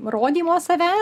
rodymo save